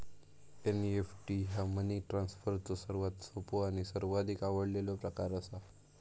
NEFT ह्या money ट्रान्सफरचो सर्वात सोपो आणि सर्वाधिक आवडलेलो प्रकार असा